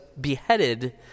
beheaded